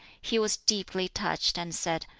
he was deeply touched, and said,